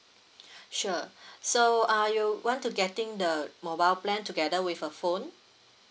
sure so uh you want to getting the mobile plan together with a phone